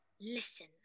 listen